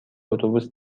اتوبوس